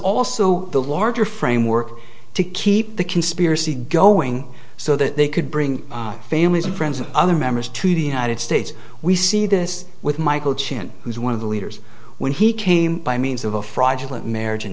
also the larger framework to keep the conspiracy going so that they could bring families and friends of other members to the united states we see this with michael chen who's one of the leaders when he came by means of a fraudulent marriage in